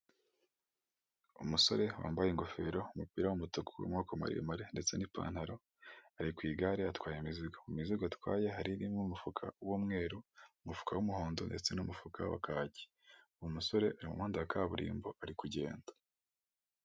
Umusore wambaye ingofero umupira w'umutuku w'amaboko maremare ndetse n'ipantaro ari ku igare atwaye imizigo. Imizigo atwaye haririmo umufuka w'umweru, umufuka w'umuhondo ndetse n'umufuka wa kaki, uwo musore ari mu muhanda wa kaburimbo ari kugenda.